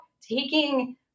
taking